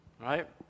Right